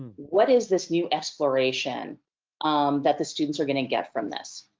what is this new exploration um that the students are gonna get from this?